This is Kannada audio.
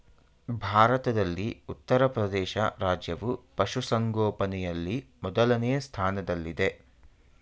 ಭಾರತದಲ್ಲಿ ಉತ್ತರಪ್ರದೇಶ ರಾಜ್ಯವು ಪಶುಸಂಗೋಪನೆಯಲ್ಲಿ ಮೊದಲನೇ ಸ್ಥಾನದಲ್ಲಿದೆ